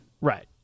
Right